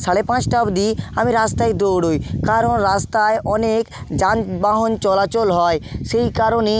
সাড়ে পাঁচটা অবধি আমি রাস্তায় দৌড়ই কারণ রাস্তায় অনেক যানবাহন চলাচল হয় সেই কারণে